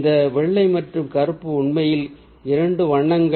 இந்த வெள்ளை மற்றும் கருப்பு உண்மையில் இரண்டு வண்ணங்கள்